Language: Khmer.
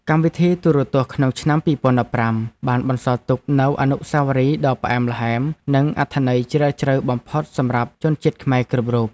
កម្មវិធីទូរទស្សន៍ក្នុងឆ្នាំ ២០១៥ បានបន្សល់ទុកនូវអនុស្សាវរីយ៍ដ៏ផ្អែមល្ហែម និងអត្ថន័យជ្រាលជ្រៅបំផុតសម្រាប់ជនជាតិខ្មែរគ្រប់រូប។